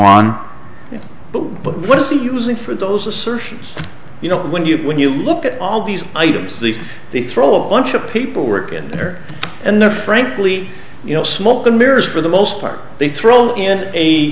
but what is he using for those assertions you know when you when you look at all these items these they throw a bunch of people work in there and they're frankly you know smoke and mirrors for the most part they throw in a